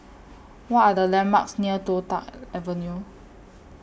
What Are The landmarks near Toh Tuck Avenue